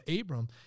Abram